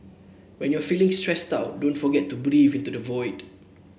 when you are feeling stressed out don't forget to breathe into the void